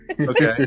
Okay